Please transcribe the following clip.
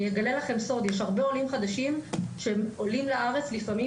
יש הרבה עולים חדשים שעולים לארץ לפעמים